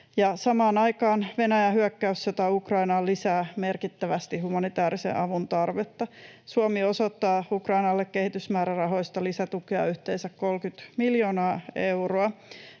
Samaan aikaan Venäjän hyökkäyssota Ukrainaan lisää merkittävästi humanitäärisen avun tarvetta. Suomi osoittaa Ukrainalle kehitysmäärärahoista lisätukea yhteensä 30 miljoonaa euroa,